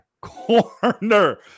corner